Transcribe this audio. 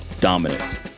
Dominance